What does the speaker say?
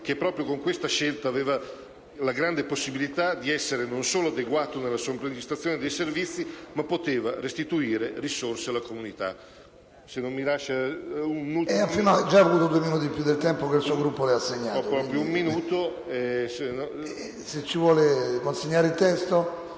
che proprio con questa scelta aveva la grande possibilità di essere non solo adeguato nella somministrazione dei servizi, ma poteva restituire risorse alle comunità.